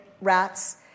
rats